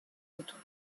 autres